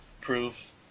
proof